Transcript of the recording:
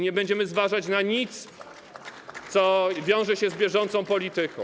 Nie będziemy zważać na nic, co wiąże się z bieżącą polityką.